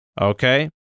okay